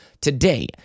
Today